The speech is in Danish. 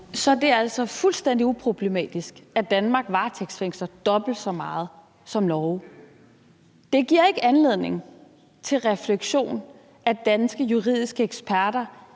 Så det er altså fuldstændig uproblematisk, at Danmark varetægtsfængsler dobbelt så meget som Norge. Det giver ikke anledning til refleksion, at danske juridiske eksperter